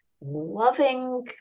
loving